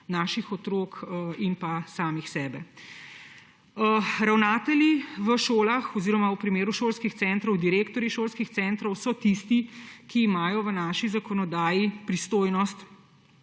naših otrok in samih sebe. Ravnatelji v šolah oziroma v primeru šolskih centrov direktorji šolskih centrov so tisti, ki imajo v naši zakonodaji pristojnost